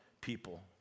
people